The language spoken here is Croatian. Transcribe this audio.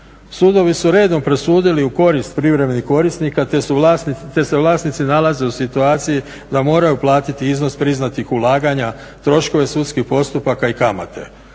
Sudovi su redom presudili u korist privremenih korisnika te se vlasnici nalaze u situaciji da moraju platiti iznos priznatih ulaganja, troškove sudskih postupaka i kamate.